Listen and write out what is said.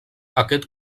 aquest